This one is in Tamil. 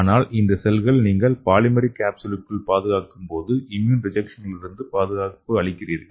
ஆனால் இந்த செல்களை நீங்கள் பாலிமரிக் கேப்சூலுக்குள் பாதுகாக்கும் போது இம்யூன் ரெஜெக்ஷனிலிருந்து பாதுகாப்பு அளிக்கிறீர்கள்